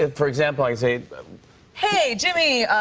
ah for example, i say hey, jimmy,